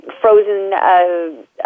frozen